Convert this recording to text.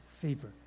favor